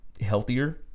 healthier